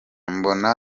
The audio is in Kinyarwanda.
mbona